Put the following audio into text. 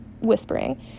whispering